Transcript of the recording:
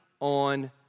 on